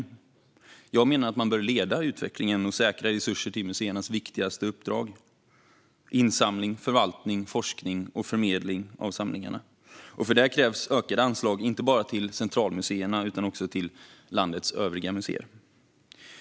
Jag menar att man bör leda utvecklingen och säkra resurser till museernas viktigaste uppdrag: insamling, förvaltning, forskning och förmedling av samlingarna. För det krävs ökade anslag, inte bara till centralmuseerna utan också till landets övriga museer.